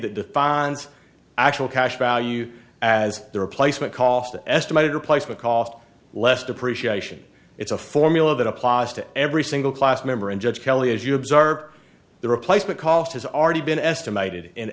that defines actual cash value as the replacement cost the estimated replacement cost less depreciation it's a formula that applies to every single class member and judge kelly as you observed the replacement cost has already been estimated in